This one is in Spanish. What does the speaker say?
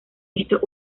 estos